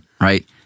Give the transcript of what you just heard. right